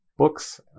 books